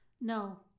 No